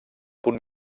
punt